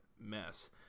mess